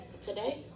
today